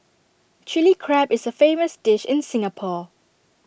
Chilli Crab is A famous dish in Singapore